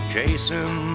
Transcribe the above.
Chasing